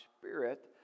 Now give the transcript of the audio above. spirit